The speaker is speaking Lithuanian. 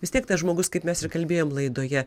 vis tiek tas žmogus kaip mes ir kalbėjom laidoje